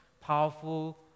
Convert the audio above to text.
powerful